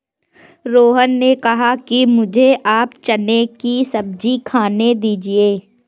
रोहन ने कहा कि मुझें आप चने की सब्जी खाने दीजिए